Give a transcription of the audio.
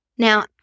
Now